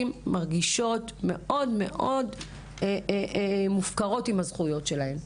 מרגישות מאוד מופקרות עם הזכויות שלהן,